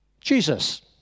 Jesus